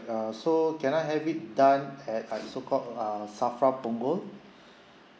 uh so can I have it done at uh so called err SAFRA punggol